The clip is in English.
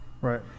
Right